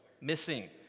missing